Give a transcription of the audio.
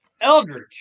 Eldridge